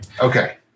Okay